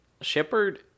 Shepard